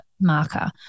marker